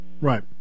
right